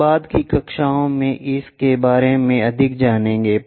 हम बाद की कक्षाओं में इसके बारे में अधिक जानेंगे